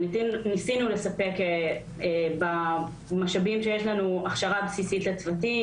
לספק במשאבים שיש לנו הכשרה בסיסית לצוותים.